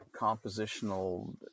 compositional